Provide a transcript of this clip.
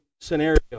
scenario